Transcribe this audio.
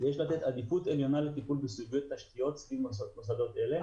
יש לתת עדיפות עליונה בסוגי התשתיות סביב מוסדות אלה.